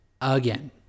again